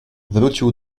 wrócił